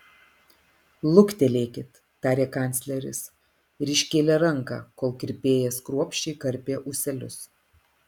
luktelėkit tarė kancleris ir iškėlė ranką kol kirpėjas kruopščiai karpė ūselius